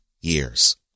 years